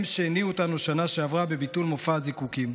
הם שהניעו אותנו בשנה שעברה בביטול מופע הזיקוקים.